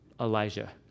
Elijah